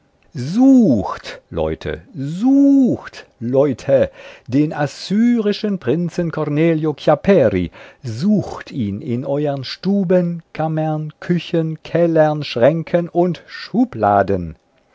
sucht leute sucht leute den assyrischen prinzen cornelio chiapperi sucht ihn in euern stuben kammern küchen kellern schränken und